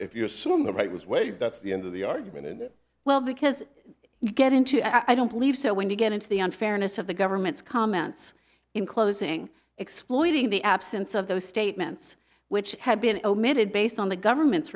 if you assume the right was waived that's the end of the argument and well because you get into i don't believe so when you get into the unfairness of the government's comments in closing exploiting the absence of those statements which had been omitted based on the government's